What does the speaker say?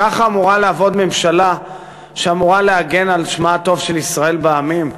ככה אמורה לעבוד ממשלה שאמורה להגן על שמה הטוב של ישראל בעמים?